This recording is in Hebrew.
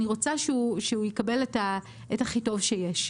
אני רוצה שהוא יקבל את הכי טוב שיש.